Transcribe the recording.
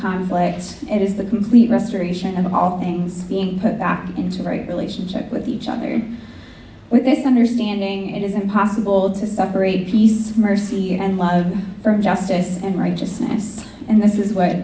conflicts it is the complete restoration of all things being put back into right relationship with each other with this understanding it is impossible to separate peace mercy and love justice and righteousness and this is what